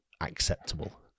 acceptable